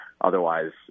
otherwise